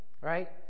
right